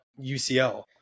UCL